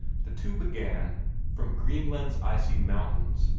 the two began from greenland's icy mountains,